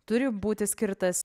turi būti skirtas